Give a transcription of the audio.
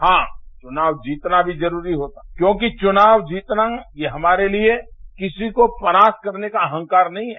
हां चूनाव जीतना भी जरूरी होगा क्योंकि चुनाव जीतना ये हमारे लिये किसी को परास्त करने का अहंकार नहीं है